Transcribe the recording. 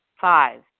Five